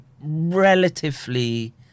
relatively